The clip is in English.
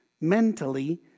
mentally